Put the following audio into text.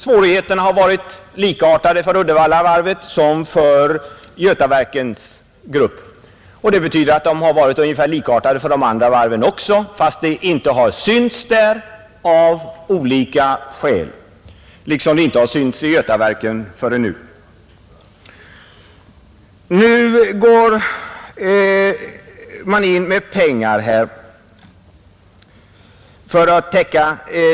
Svårigheterna har varit ungefär likartade för Uddevallavarvet och för Götaverksgruppen — och ungefär likartade också för de andra varven, fast det av olika skäl inte har synts lika tydligt.